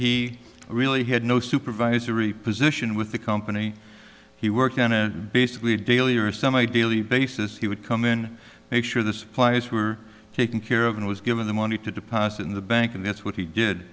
he really had no supervisory position with the company he worked on and basically daily or some ideally basis he would come in make sure the supplies were taken care of and was given the money to deposit in the bank and that's what he did